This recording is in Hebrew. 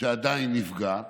שעדיין נפגע,